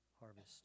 harvest